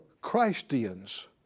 Christians